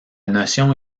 notion